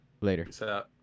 later